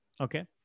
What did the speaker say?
Okay